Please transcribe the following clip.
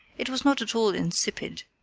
it was not at all insipid,